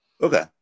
Okay